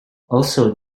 also